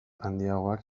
handiagoak